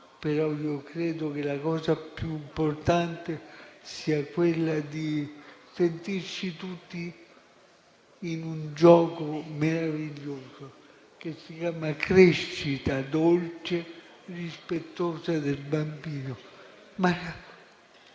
Però io credo che la cosa più importante sia quella di sentirci tutti in un gioco meraviglioso, che si chiama crescita dolce e rispettosa del bambino.